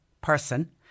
person